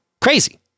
Crazy